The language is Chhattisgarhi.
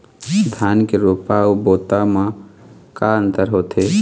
धन के रोपा अऊ बोता म का अंतर होथे?